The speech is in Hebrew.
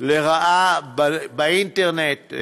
לרעה באינטרנט,